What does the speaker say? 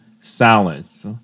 salads